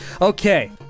Okay